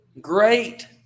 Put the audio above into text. Great